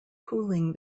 cooling